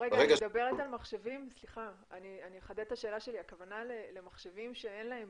--- אני אחדד את השאלה שלי, הכוונה שאין להם